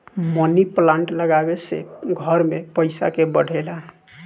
मनी plant लागवे से घर में पईसा के बढ़ेला